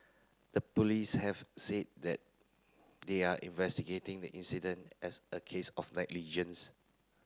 the police have said that they are investigating the incident as a case of negligence